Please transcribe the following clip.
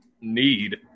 need